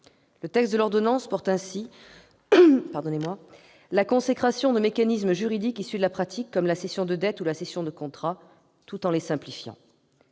Le texte de l'ordonnance porte ainsi la consécration de mécanismes juridiques issus de la pratique, comme la cession de dettes ou la cession de contrats, tout en les simplifiant.